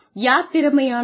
யார் திறமையானவர்